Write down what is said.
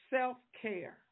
self-care